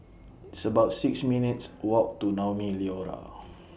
It's about six minutes' Walk to Naumi Liora